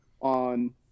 on